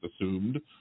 assumed